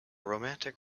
romantic